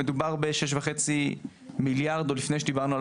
מדובר ב-6.5 מיליארד עוד לפני שדיברנו על